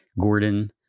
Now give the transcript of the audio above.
Gordon